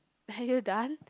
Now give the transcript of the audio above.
are you done